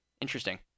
Interesting